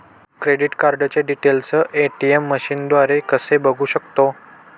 Credit कार्डचे details ATM मशीनद्वारे कसे बघू शकतो?